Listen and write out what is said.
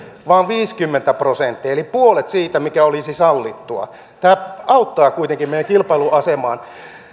vaan viisikymmentä prosenttia eli puolet siitä mikä olisi sallittua tämä auttaa kuitenkin meidän kilpailuasemaamme